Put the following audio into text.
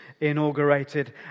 inaugurated